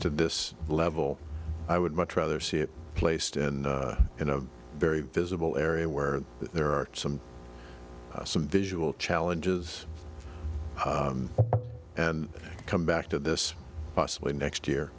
to this level i would much rather see it placed in in a very visible area where there are some some visual challenges and come back to this possibly next year